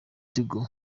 tigo